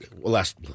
Last